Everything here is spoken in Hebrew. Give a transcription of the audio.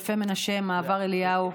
אלפי מנשה מעבר אליהו,